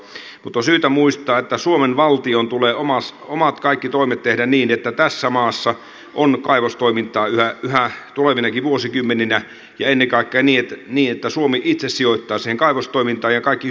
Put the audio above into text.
mutta on syytä muistaa että suomen valtion tulee kaikki omat toimet tehdä niin että tässä maassa on kaivostoimintaa yhä tulevinakin vuosikymmeninä ja ennen kaikkea niin että suomi itse sijoittaa siihen kaivostoimintaan ja kaikki hyöty jäisi tähän maahan